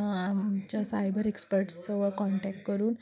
आमच्या साइबर एक्सपर्ट्सवर कॉन्टॅक्ट करून